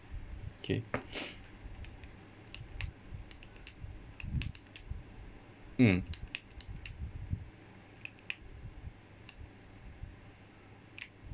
okay mm